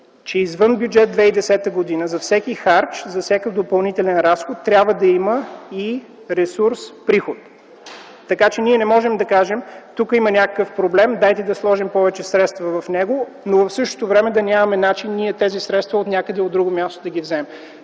че извън Бюджет 2010 г. за всеки харч, за всеки допълнителен разход трябва да има и ресурс – приход, така че ние не можем да кажем: тук има някакъв проблем, дайте да вложим повече средства в него, но в същото време да нямаме начин ние тези средства отнякъде от друго място да ги вземем.